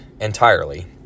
entirely